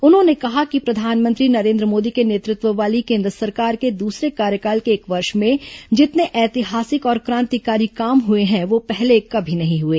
उन्होंने कहा कि प्रधानमंत्री नरेन्द्र मोदी के नेतृत्व वाली केन्द्र सरकार के दूसरे कार्यकाल के एक वर्ष में जितने ऐतिहासिक और क्र ा ंतिकारी काम हुए हैं वह पहले कभी नहीं हुए